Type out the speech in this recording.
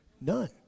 None